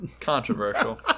Controversial